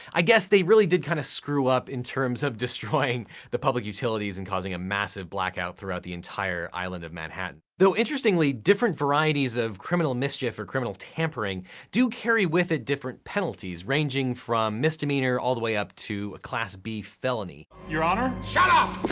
i guess they really did kinda kind of screw up in terms of destroying the public utilities and causing a massive blackout throughout the entire island of manhattan. though interestingly, different varieties of criminal mischief or criminal tampering do carry with it different penalties ranging from misdemeanor all the way up to a class b felony. your honor? shut up!